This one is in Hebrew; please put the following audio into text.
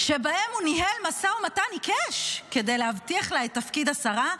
שבהם הוא ניהל משא ומתן עיקש כדי להבטיח לה את תפקיד השרה.